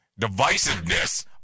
divisiveness